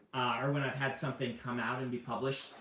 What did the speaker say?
or when i've had something come out and be published.